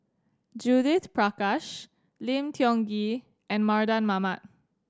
Judith Prakash Lim Tiong Ghee and Mardan Mamat